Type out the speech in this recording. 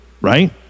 Right